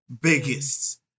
Biggest